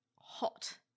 hot